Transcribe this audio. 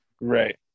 Right